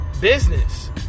business